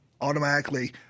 automatically